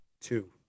two